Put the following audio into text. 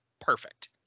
Perfect